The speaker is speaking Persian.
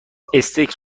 استیک